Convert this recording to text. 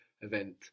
event